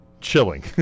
chilling